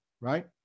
right